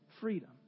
freedom